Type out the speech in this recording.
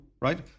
right